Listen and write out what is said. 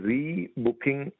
Rebooking